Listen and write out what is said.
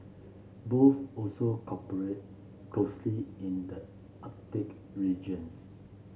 both also cooperate closely in the Arctic regions